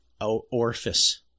orifice